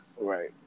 Right